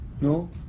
No